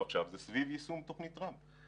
עכשיו הוא סביב יישום תוכנית טראמפ.